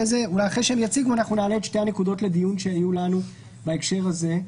ואחרי שהם יציגו אנחנו נעלה את שתי הנקודות לדיון שיהיו לנו בהקשר הזה.